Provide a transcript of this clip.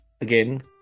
again